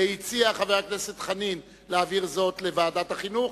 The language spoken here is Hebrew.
וחבר הכנסת חנין הציע להעביר זאת לוועדת החינוך.